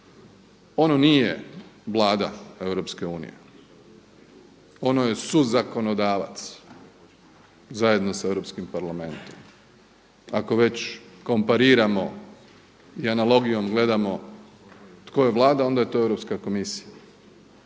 unije, ono je suzakonodavac zajedno sa Europskim parlamentom ako već kompariramo i analogijom gledamo tko je Vlada onda je to Europska komisija.